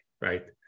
right